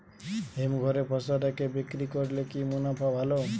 হিমঘরে ফসল রেখে বিক্রি করলে কি মুনাফা ভালো?